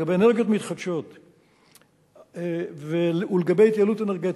לגבי אנרגיות מתחדשות ולגבי התייעלות אנרגטית,